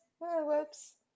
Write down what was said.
Whoops